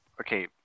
okay